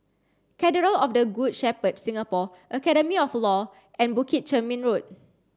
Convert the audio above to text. Cathedral of the Good Shepherd Singapore Academy of Law and Bukit Chermin Road